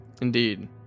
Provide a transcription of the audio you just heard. Indeed